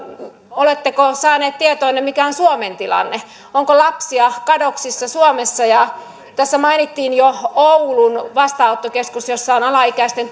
oletteko saanut tietoonne mikä on suomen tilanne onko lapsia kadoksissa suomessa tässä mainittiin jo oulun vastaanottokeskus jossa on alaikäisten